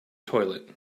toilet